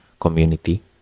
community